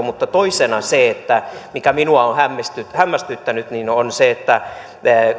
mutta toisena se mikä minua on hämmästyttänyt hämmästyttänyt että